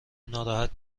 ناراحت